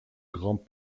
grand